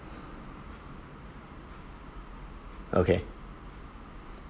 okay